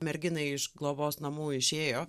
merginai iš globos namų išėjo